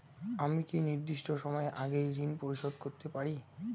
আমি কি নির্দিষ্ট সময়ের আগেই ঋন পরিশোধ করতে পারি?